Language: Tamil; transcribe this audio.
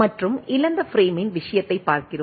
மற்றும் இழந்த பிரேமின் விஷயத்தை பார்க்கிறோம்